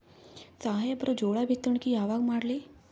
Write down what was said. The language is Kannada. ಸಾಹೇಬರ ಜೋಳ ಬಿತ್ತಣಿಕಿ ಯಾವಾಗ ಮಾಡ್ಲಿ?